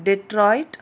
detroit